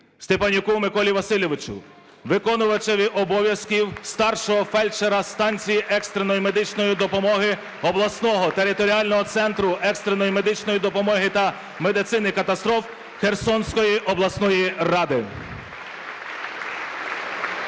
Степанюку Миколі Васильовичу, виконувачеві обов'язків старшого фельдшера станції екстреної медичної допомоги Обласного територіального центру екстреної медичної допомоги та медицини катастроф" Херсонської обласної ради.